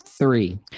Three